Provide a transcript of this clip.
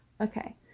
Okay